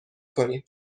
کنیم